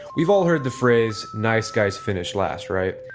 we've all heard the phrase nice guys finish last right,